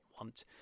want